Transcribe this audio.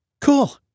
Cool